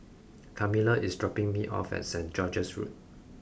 Carmella is dropping me off at Saint George's Road